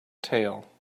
tale